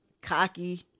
cocky